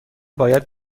باید